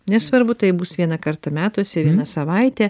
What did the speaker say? nesvarbu tai bus vieną kartą metuose viena savaitė